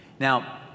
Now